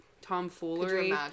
tomfoolery